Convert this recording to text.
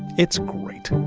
it's great.